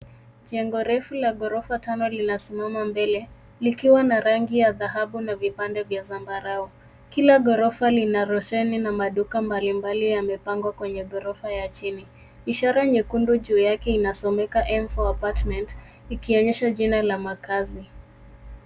Jengo refu la ghorofa tano linasimama mbele likiwa na rangi ya dhahabu na vipande vya zambarau. Kila ghorofa lina roshani na maduka mbalimbali yamepangwa kwenye ghorofa ya chini. Ishara nyekundu juu yake inasomeka M4 Apartments ikionyesha jina la makazi.